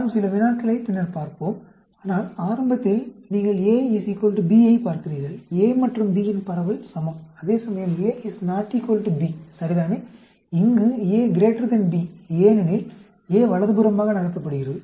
நாம் சில வினாக்களைப் பின்னர் பார்ப்போம் ஆனால் ஆரம்பத்தில் நீங்கள் A B ஐப் பார்க்கிறீர்கள் A மற்றும் B இன் பரவல் சமம் அதேசமயம் A ≠ B சரிதானே இங்கு A B ஏனெனில் A வலதுபுறமாக நகர்த்தப்படுகிறது